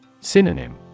Synonym